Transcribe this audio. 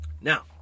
Now